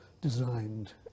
designed